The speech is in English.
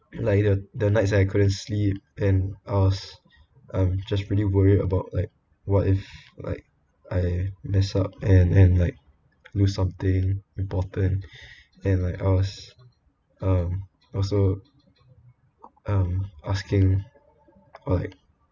like there there were nights I couldn't sleep and I was um just really worried about like what if like I mess up and and like lost something important and like I was um also um asking like